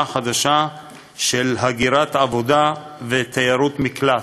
חדשה של הגירת עבודה ותיירות מקלט,